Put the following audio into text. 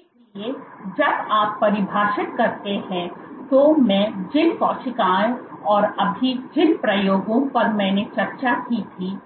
इसलिए जब आप परिभाषित करते हैं तो मैं जिन कोशिकाओं और अभी जिन प्रयोगों पर मैंने चर्चा की थी